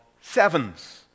sevens